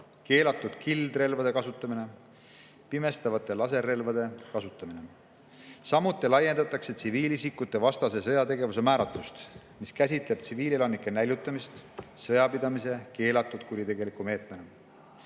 keelatud kildrelvade kasutamine ja pimestavate laserrelvade kasutamine. Samuti laiendatakse tsiviilisikutevastase sõjategevuse määratlust, mis käsitleb tsiviilelanike näljutamist sõjapidamise keelatud, kuritegeliku meetmena.